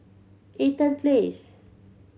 Eaton Place